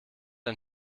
ein